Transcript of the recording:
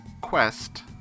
quest